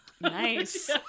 Nice